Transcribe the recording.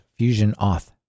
FusionAuth